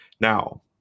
Now